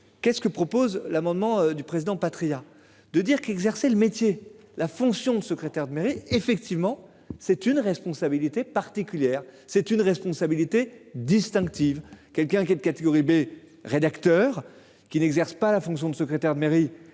qu'est ce que propose l'amendement du président Patriat de dire qu'exercer le métier. La fonction de secrétaire de mairie, effectivement, c'est une responsabilité particulière. C'est une responsabilité distinctive quelqu'un qui est de catégorie B rédacteur qui n'exerce pas la fonction de secrétaire de mairie